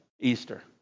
Easter